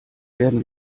werden